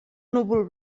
núvol